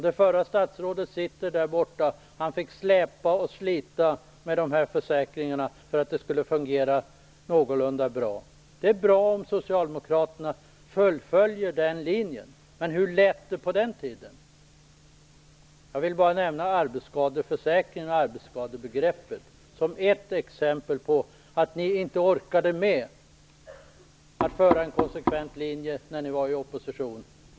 Det förra statsrådet sitter där borta; han fick slita och släpa med de här försäkringarna för att det skulle fungera någorlunda bra. Det är bra om Socialdemokraterna fullföljer den linjen, men hur lät det på den tiden? Jag vill bara nämna arbetsskadeförsäkringen och arbetsskadebegreppet som exempel på att ni inte orkade med att föra en konsekvent linje när ni var i opposition.